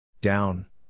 Down